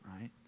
right